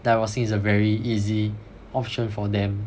divorcing is a very easy option for them